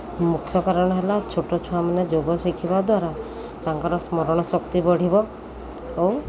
ମୁଖ୍ୟ କାରଣ ହେଲା ଛୋଟ ଛୁଆମାନେ ଯୋଗ ଶିଖିବା ଦ୍ୱାରା ତାଙ୍କର ସ୍ମରଣ ଶକ୍ତି ବଢ଼ିବ ଆଉ